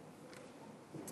יש אנשים שלא הופיעו.